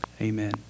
Amen